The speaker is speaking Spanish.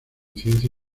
ciencia